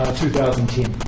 2010